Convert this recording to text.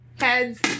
Heads